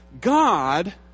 God